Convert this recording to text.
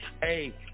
hey